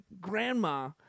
grandma